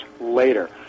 later